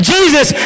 Jesus